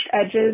edges